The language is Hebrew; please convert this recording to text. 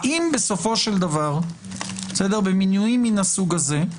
האם בסופו של דבר במינויים מן הסוג הזה,